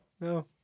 no